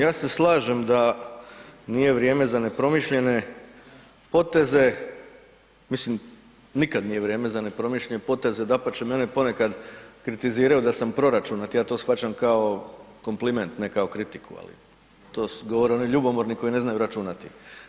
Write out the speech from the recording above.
Ja se slažem da nije vrijeme za nepromišljene poteze, mislim nikad nije vrijeme za nepromišljenje poteze, dapače mene ponekad kritiziraju da sam proračunat, ja to shvaćam kao kompliment, ne kao kritiku, ali to govori ljubomorni koji ne znaju računati.